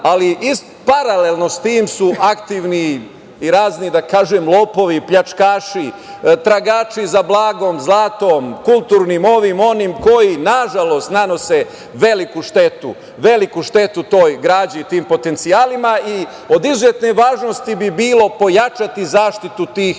ali paralelno sa tim su aktivni i razni, da kažem lopovi, pljačkaši i tragači za blagom i zlatom, kulturnim i ovim i onim, koji nažalost nanose veliku štetu toj građi i tim potencijalima i od izuzetne važnosti bi bilo pojačati zaštitu tih